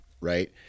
right